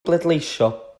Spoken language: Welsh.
bleidleisio